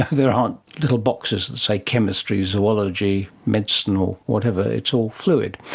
there aren't little boxes that say chemistry, zoology, medicine or whatever, it's all fluid,